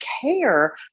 care